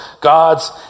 God's